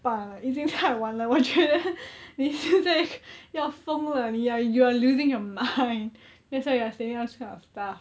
半了已经太晚了我觉得你现在要疯了你 are you are losing your mind that's why you are saying all these kind of stuff